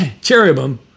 Cherubim